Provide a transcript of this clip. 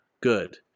good